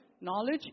knowledge